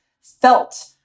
felt